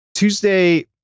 Tuesday